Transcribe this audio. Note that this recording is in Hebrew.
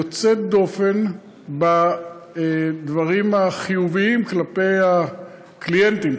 יוצאת דופן בדברים החיוביים כלפי הקליינטים,